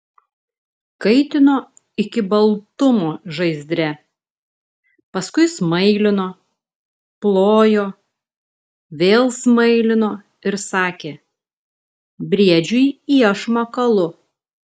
kaitino iki baltumo žaizdre paskui smailino plojo vėl smailino ir sakė briedžiui iešmą kalu